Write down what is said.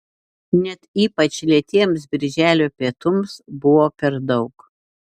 net ypač lėtiems birželio pietums buvo per daug